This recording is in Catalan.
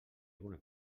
alguna